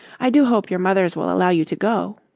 i do hope your mothers will allow you to go.